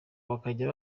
bakajya